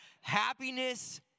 happiness